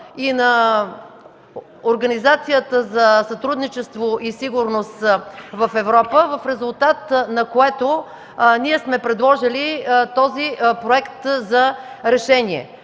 и на Организацията за сигурност и сътрудничество в Европа, в резултат на което сме предложили този проект за решение.